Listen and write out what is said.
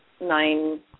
nine